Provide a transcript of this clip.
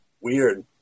weird